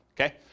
Okay